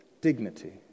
dignity